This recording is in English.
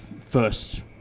first